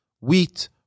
Wheat